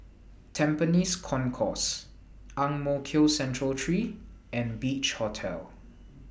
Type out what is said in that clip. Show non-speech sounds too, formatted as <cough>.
Tampines Concourse Ang Mo Kio Central <unintelligible> three and Beach Hotel